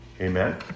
Amen